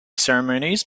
ceremonies